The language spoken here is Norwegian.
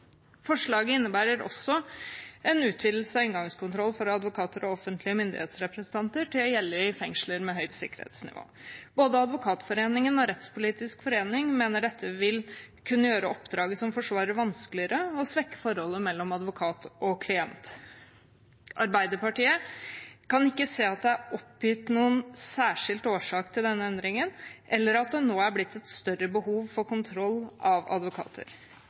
Forslaget innebærer også en utvidelse av inngangskontroll overfor advokater og offentlige myndighetsrepresentanter til å gjelde i fengsler med høyt sikkerhetsnivå. Både Advokatforeningen og Rettspolitisk forening mener dette vil kunne gjøre oppdraget som forsvarer vanskeligere og svekke forholdet mellom advokat og klient. Arbeiderpartiet kan ikke se at det er oppgitt noen særskilt årsak til denne endringen, eller at det nå er blitt et større behov for kontroll av advokater.